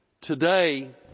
Today